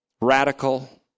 radical